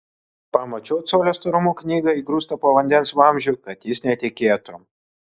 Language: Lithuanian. pamačiau colio storumo knygą įgrūstą po vandens vamzdžiu kad jis netekėtų